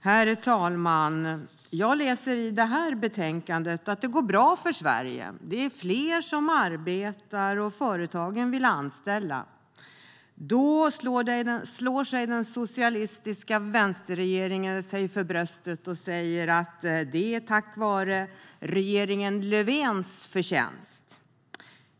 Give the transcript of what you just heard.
Herr talman! Jag läser i det här betänkandet att det går bra för Sverige. Det är fler som arbetar, och företagen vill anställa. Den socialistiska vänsterregeringen slår sig för bröstet och säger att det är regeringen Löfvens förtjänst.